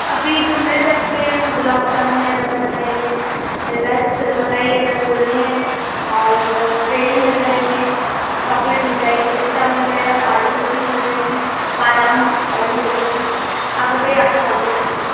अभी जो मिल सकती है गुलाब जामुन है रसमलाई है रसमलाई है रसगुल्ले हैं और पेड़े मिल जाएँगे चॉकलेट मिल जाएगी पिस्ता मिल जाएगा काजू कतरी मिल जाएगी बादाम वाली मिल जाएगी आप बताइए आपको कौन सी चाहिए